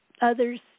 others